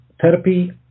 therapy